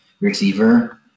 receiver